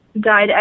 died